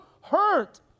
hurt